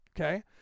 Okay